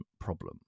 problem